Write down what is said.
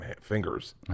fingers